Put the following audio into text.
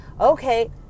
okay